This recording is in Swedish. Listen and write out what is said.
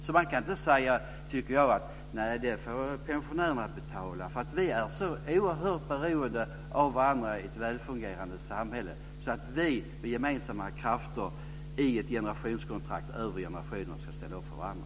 Jag tycker inte att man kan säga att pensionärerna får betala detta. Vi är så oerhört beroende av varandra i ett väl fungerande samhälle. Vi ska ställa upp för varandra i ett generationskontrakt över generationerna.